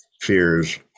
fears